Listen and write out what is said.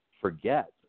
forget